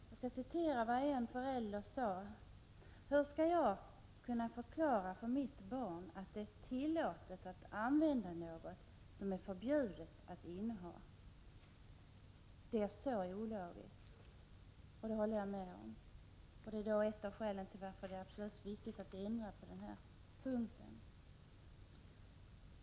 Jag skall citera vad en förälder har sagt: Hur skall jag kunna förklara för mitt barn att det är tillåtet att använda något som är förbjudet att inneha? Det är så ologiskt. — Det håller jag med om, och det är ett av skälen till att det är viktigt att ändra lagen på den punkten.